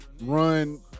run